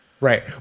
Right